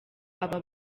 aba